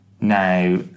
Now